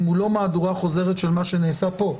אם הוא לא מהדורה חוזרת של מה שנעשה פה.